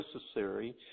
necessary